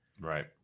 Right